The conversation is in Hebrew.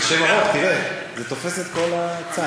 זה שם ארוך, תראה, זה תופס את כל הצג.